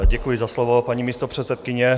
Děkuji za slovo, paní místopředsedkyně.